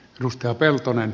rustopeltonen